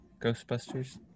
Ghostbusters